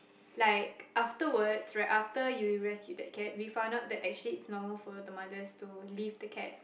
like afterwards right after you rescue that cat we found out that actually it's normal for the mothers to leave the cat